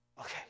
okay